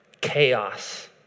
Chaos